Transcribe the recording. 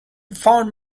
found